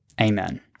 Amen